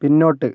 പിന്നോട്ട്